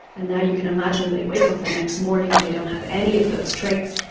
and now you can imagine they wake up the next morning and they don't have any of those traits,